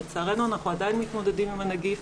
לצערנו אנחנו עדיין מתמודדים עם הנגיף,